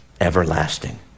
everlasting